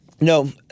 No